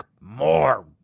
more